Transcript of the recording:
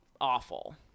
awful